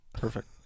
perfect